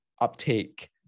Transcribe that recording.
uptake